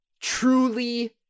Truly